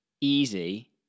easy